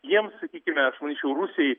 jiems sakykime aš manyčiau rusijai